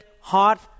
heart